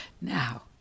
Now